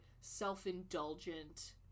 self-indulgent